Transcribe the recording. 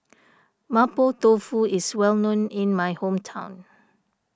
Mapo Tofu is well known in my hometown